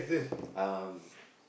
um